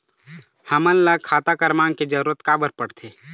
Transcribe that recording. हमन ला खाता क्रमांक के जरूरत का बर पड़थे?